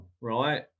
right